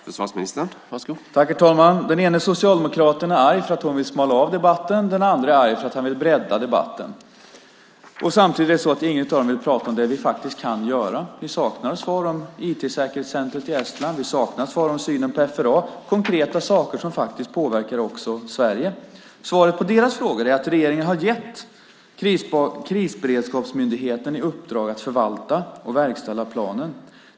Herr talman! Den ena socialdemokraten är arg och vill "smala av" debatten, den andra är arg och vill bredda den. Samtidigt vill ingen av dem prata om det som vi faktiskt kan göra. De saknar svar om IT-säkerhetscentret i Estland, de saknar svar om synen på FRA - konkreta saker som också påverkar Sverige. Svaret på deras frågor är att regeringen har gett Krisberedskapsmyndigheten i uppdrag att förvalta och verkställa planen.